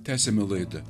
tęsiame laidą